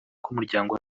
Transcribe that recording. k’umuryango